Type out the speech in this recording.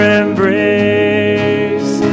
embrace